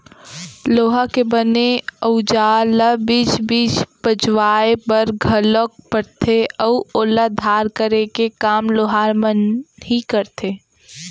लोहा के बने अउजार ल बीच बीच पजवाय बर घलोक परथे अउ ओला धार करे के काम लोहार मन ही करथे